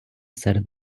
серед